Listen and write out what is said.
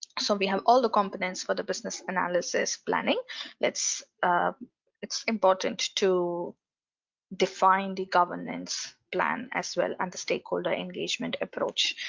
so we have all the components for the business analysis planning it's it's important to define the governance plan as well. and the stakeholder engagement approach.